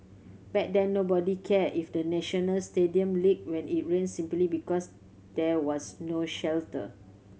back then nobody cared if the National Stadium leaked when it rained simply because there was no shelter